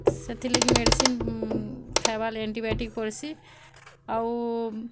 ସେଥିର୍ ଲାଗି ମେଡିସିନ୍ ଖାଏବାର୍ ଲାଗି ଆଣ୍ଟିବାୟୋଟିକ୍ ପଡ଼୍ସି ଆଉ